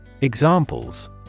Examples